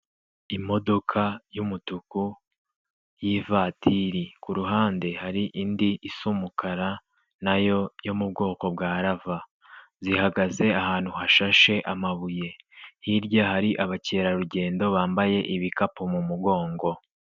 Imodoka y'umutuku y'Ivatiri, ku ruhande hari indi isa umukara na yo yo mu bwoko bwa Lava, zihagaze ahantu hashashe amabuye, hirya hari abakerarugendo bambaye ibikapu mu mugongo.